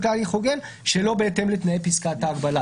להליך הוגן שלא בהתאם לתנאי פסקת ההגבלה.